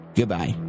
Goodbye